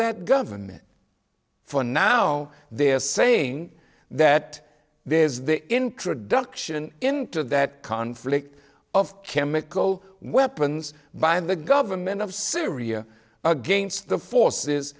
that government for now they're saying that this is the introduction into that conflict of chemical weapons by the government of syria against the forces